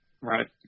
Right